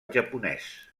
japonès